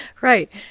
Right